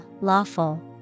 lawful